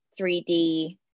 3d